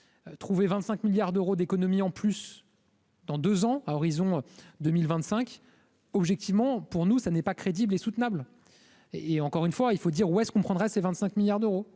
trouver 25 milliards d'euros d'économies en plus dans 2 ans à horizon 2025, objectivement, pour nous, ça n'est pas crédible et soutenable et encore une fois, il faut dire où est-ce qu'on prendra ses 25 milliards d'euros,